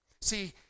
See